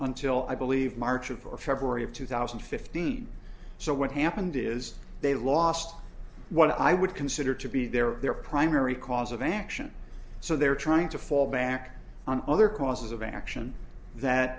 until i believe march of or february of two thousand and fifteen so what happened is they lost what i would consider to be their their primary cause of action so they're trying to well back on other causes of action that